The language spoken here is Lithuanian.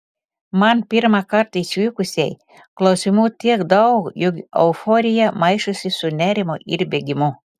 man pirmą kartą išvykusiai klausimų tiek daug jog euforija maišosi su nerimu ir bėgimu